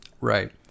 Right